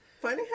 Funny